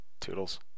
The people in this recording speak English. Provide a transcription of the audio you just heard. toodles